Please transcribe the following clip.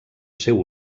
seu